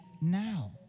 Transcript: now